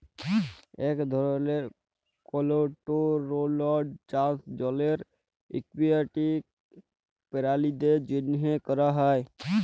ইক ধরলের কলটোরোলড চাষ জলের একুয়াটিক পেরালিদের জ্যনহে ক্যরা হ্যয়